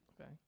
Okay